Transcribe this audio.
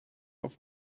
auf